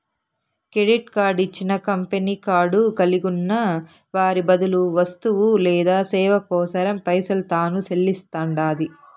credit card ఇచ్చిన company card కలిగున్న వారి బదులు వస్తువు లేదా సేవ కోసరం పైసలు తాను సెల్లిస్తండాది